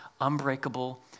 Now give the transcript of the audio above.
unbreakable